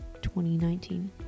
2019